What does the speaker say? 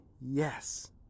yes